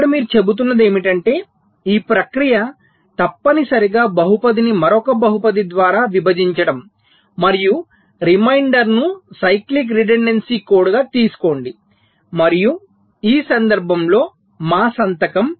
ఇక్కడ మీరు చెబుతున్నది ఏమిటంటే ఈ ప్రక్రియ తప్పనిసరిగా బహుపదిని మరొక బహుపది ద్వారా విభజించడం మరియు రిమైండర్ను సైక్లిక్ రెడుండన్సీ కోడ్ గా తీసుకోండి మరియు ఈ సందర్భంలో మా సంతకం